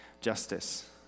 justice